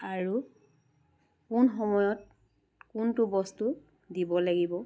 আৰু কোন সময়ত কোনটো বস্তু দিব লাগিব